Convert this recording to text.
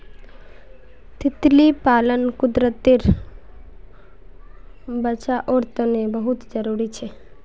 तितली पालन कुदरतेर बचाओर तने बहुत ज़रूरी छे